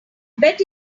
bet